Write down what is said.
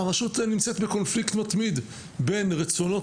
שהרשות נמצאת בקונפליקט מתמיד בין רצונות